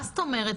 מה זאת אומרת?